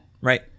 Right